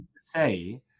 say